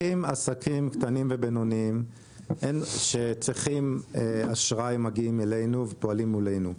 עסקים קטנים ובינוניים שצריכים אשראי מגיעים אלינו ופועלים אלינו.